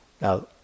Now